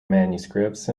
manuscripts